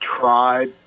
tried